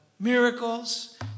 Miracles